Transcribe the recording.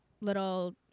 little